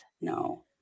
No